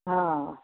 हाँ